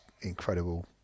incredible